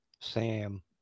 Sam